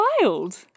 wild